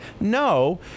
No